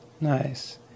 Nice